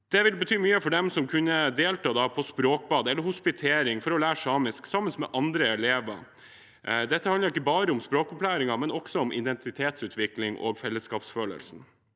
Det vil bety mye for dem som kan delta på språkbad eller dra på hospitering for å lære samisk sammen med andre elever. Dette handler ikke bare om språkopplæringen, men også om identitetsutvikling og fellesskapsfølelse.